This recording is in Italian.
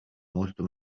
molto